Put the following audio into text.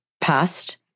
past